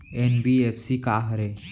NBFC का हरे?